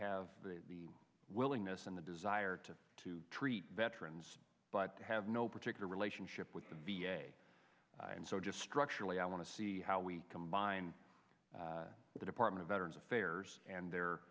have the willingness and the desire to to treat veterans but have no particular relationship with them and so just structurally i want to see how we combine the department of veterans affairs and their